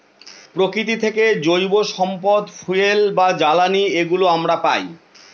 প্রকৃতি থেকে জৈব সম্পদ ফুয়েল বা জ্বালানি এগুলো আমরা পায়